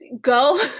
go